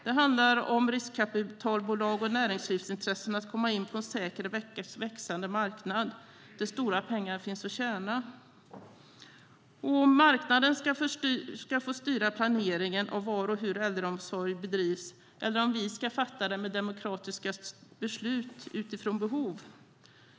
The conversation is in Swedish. Det handlar om riskkapitalbolags och näringslivets intressen att komma in på en säker och växande marknad där stora pengar finns att tjäna. Det handlar om huruvida marknaden ska få styra planeringen av var och hur äldreomsorg bedrivs eller om vi ska styra med hjälp av demokratiska beslut utifrån behov.